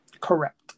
Correct